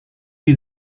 die